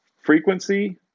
frequency